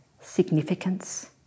significance